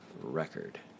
record